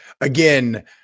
again